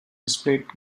displayed